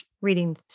reading